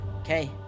Okay